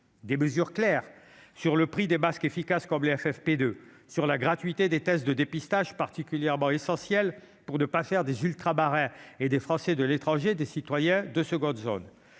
des mesures claires sur le prix des masques efficaces comme les FFP2, sur la gratuité des tests de dépistage, point essentiel pour ne pas faire des Ultramarins et des Français de l'étranger des citoyens de seconde zone.